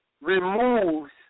removes